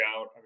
out